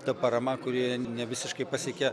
ta parama kuri nevisiškai pasiekia